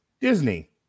Disney